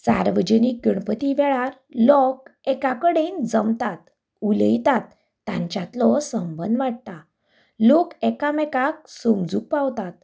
सार्वजनीक गणपती वेळार लोक एका कडेन जमतात उलयतात तांच्यातलो संबंद वाडटा लोक एका मेकाक समजुंक पावतात